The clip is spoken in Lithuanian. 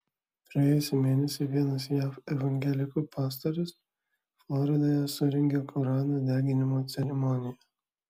praėjusį mėnesį vienas jav evangelikų pastorius floridoje surengė korano deginimo ceremoniją